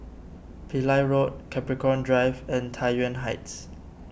Pillai Road Capricorn Drive and Tai Yuan Heights